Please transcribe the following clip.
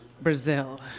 Brazil